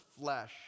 flesh